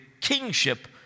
kingship